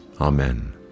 amen